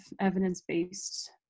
evidence-based